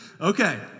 Okay